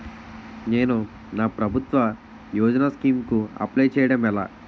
నేను నా ప్రభుత్వ యోజన స్కీం కు అప్లై చేయడం ఎలా?